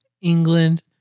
England